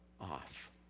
off